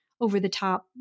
over-the-top